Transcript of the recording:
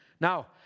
Now